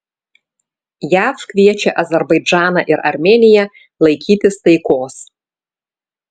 jav kviečia azerbaidžaną ir armėniją laikytis taikos